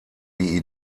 die